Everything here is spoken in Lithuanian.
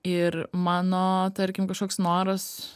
ir mano tarkim kažkoks noras